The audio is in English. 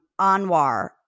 Anwar –